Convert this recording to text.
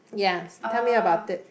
ya tell me about it